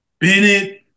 Bennett